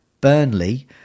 Burnley